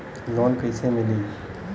Loan कईसे मिली?